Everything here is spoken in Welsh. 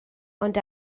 ond